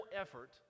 effort